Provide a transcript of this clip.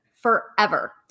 forever